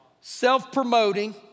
self-promoting